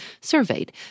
surveyed